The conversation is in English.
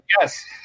Yes